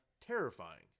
Terrifying